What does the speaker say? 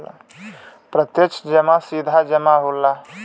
प्रत्यक्ष जमा सीधा जमा होला